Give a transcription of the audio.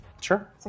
Sure